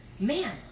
Man